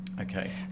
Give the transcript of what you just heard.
okay